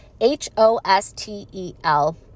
H-O-S-T-E-L